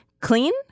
Clean